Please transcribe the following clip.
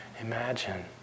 imagine